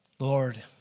Lord